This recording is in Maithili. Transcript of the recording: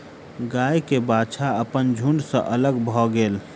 गाय के बाछा अपन झुण्ड सॅ अलग भअ गेल